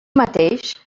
mateix